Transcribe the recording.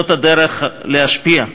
זאת הדרך להשפיע.